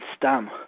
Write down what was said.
stam